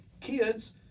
kids